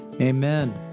Amen